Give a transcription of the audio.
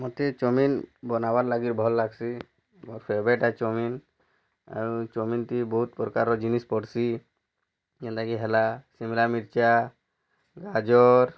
ମତେ ଚାମିନ୍ ବନାବାର୍ ଲାଗି ଭଲ୍ ଲାଗ୍ସି ମୋ ଫେବ୍ରାଇଟ୍ ଏ ଚାମିନ୍ ଆଉ ଚାମିନ୍ ଥି ବହୁତ୍ ପ୍ରକାର୍ ଜିନିଷ୍ ପଡ଼୍ସି ଯେନ୍ତା କି ହେଲା ଶିମ୍ଲା ମିର୍ଚା ଗାଜର୍